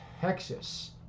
Texas